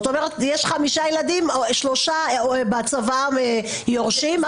נניח יש חמישה ילדים, שלושה יורשים לפי הצוואה.